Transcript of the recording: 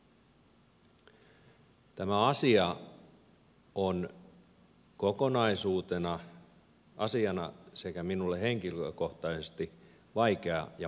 tämä asia on kokonaisuutena sekä minulle henkilökohtaisesti vaikea ja monimuotoinen